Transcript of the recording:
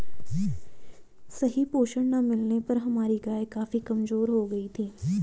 सही पोषण ना मिलने पर हमारी गाय काफी कमजोर हो गयी थी